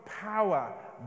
power